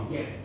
Yes